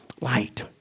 Light